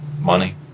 Money